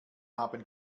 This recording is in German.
haben